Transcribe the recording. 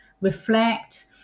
reflect